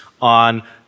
on